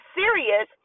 serious